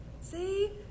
See